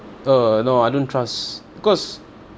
uh no I don't trust cause